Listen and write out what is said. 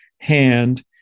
hand